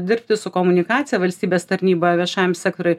dirbti su komunikacija valstybės tarnyba viešajam sektoriui